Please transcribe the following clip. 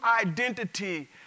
identity